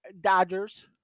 Dodgers